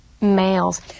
males